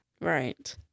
right